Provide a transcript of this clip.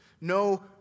no